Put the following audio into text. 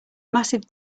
massive